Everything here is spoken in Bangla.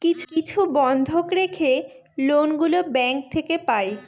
কিছু বন্ধক রেখে লোন গুলো ব্যাঙ্ক থেকে পাই